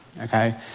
okay